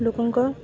ଲୋକଙ୍କ